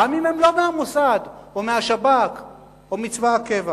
גם אם הם לא מהמוסד או מהשב"כ או מצבא הקבע.